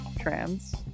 trans